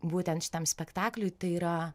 būtent šitam spektakliui tai yra